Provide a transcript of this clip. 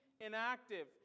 inactive